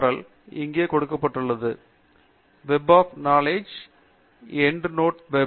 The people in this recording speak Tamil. எல் கள் இங்கே கொடுக்கப்பட்டுள்ளன web of knowledge and end node web